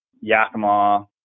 Yakima